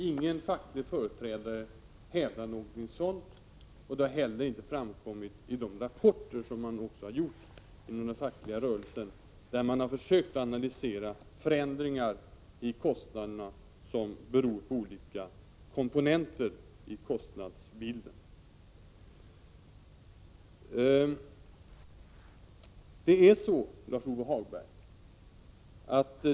Ingen facklig företrädare hävdar någonting sådant, och det har inte heller skett i de rapporter som kommit från den rörelsen och där man försökt att analysera vilka olika komponenter som medverkat till förändringar i kostnadsbilden.